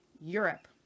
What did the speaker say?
Europe